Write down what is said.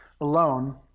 alone